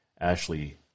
Ashley